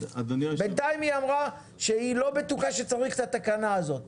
בינתיים היא אמרה שהיא לא בטוחה שצריך את התקנה הזאת.